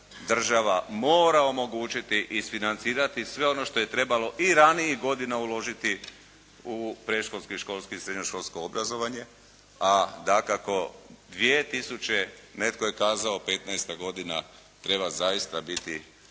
država mora omogućiti isfinancirati sve ono što je trebalo i ranijih godina uložiti u predškolski, školski i srednjoškolsko obrazovanje, a dakako dvije tisuće netko je kazao petnaesta godina treba zaista biti